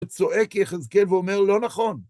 וצועק יחזקאל ואומר לא נכון.